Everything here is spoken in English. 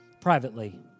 privately